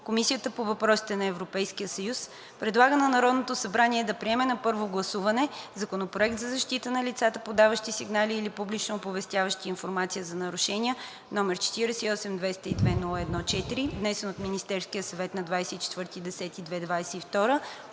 Комисията по въпросите на Европейския съюз предлага на Народното събрание да приеме на първо гласуване Законопроект за защита на лицата, подаващи сигнали или публично оповестяващи информация за нарушения, № 48-202-01-4, внесен от Министерския съвет на 24